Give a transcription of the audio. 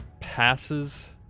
passes